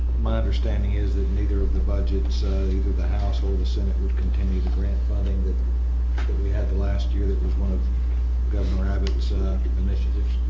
my understanding is that neither of the budgets either the house or the senate would the grant funding that we had the last year that was one of the governor abbott's initiatives.